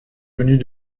venus